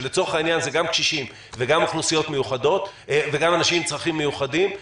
שלצורך העניין זה גם קשישים וגם אנשים עם צרכים מיוחדים,